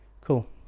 cool